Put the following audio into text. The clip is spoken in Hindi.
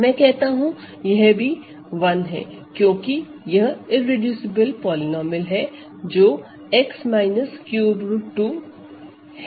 मैं कहता हूं कि यह भी 1 है क्योंकि यह इररेडूसिबल पॉलीनोमिअल है जो x ∛2 है